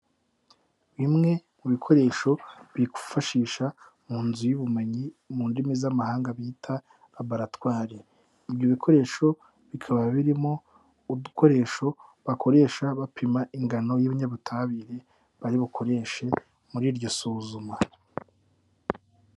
Bimwe mu bikoresho bifashisha mu nzu y'ubumenyi, mu ndimi z'amahanga bita laboratwari. Ibyo bikoresho bikaba birimo udukoresho bakoresha bapima ingano y'ibinyabutabire, bari bukoreshe muri iryo suzuma.